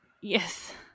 Yes